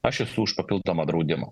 aš esu už papildomą draudimą